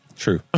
True